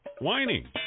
whining